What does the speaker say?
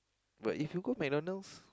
but if you go McDonald's